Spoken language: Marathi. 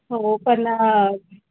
हो पण